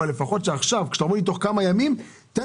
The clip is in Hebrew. אבל לפחות שעכשיו שאתה אומר לי תוך כמה ימים תן